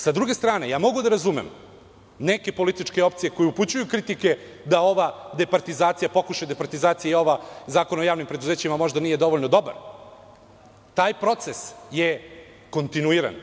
Sa druge strane, ja mogu da razumem neke političke opcije koje upućuju kritike da ovaj pokušaj departizacije, i da Zakon o javnim preduzećima nije možda dovoljno dobar, taj proces je kontinuiran.